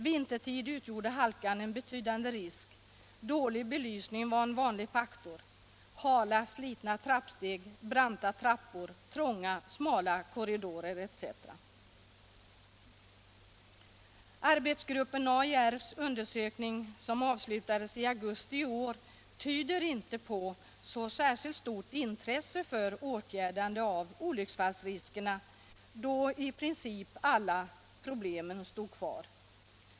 Vintertid utgjorde halkan en betydande risk. Dålig belysning var en vanlig faktor liksom hala och slitna trappsteg, branta trappor, trånga korridorer etc. Arbetsgruppen AIR:s undersökning, som avslutades i augusti i år, tyder inte på så särskilt stort intresse för åtgärdande av olycksfallsriskerna, då i princip alla problem kvarstår.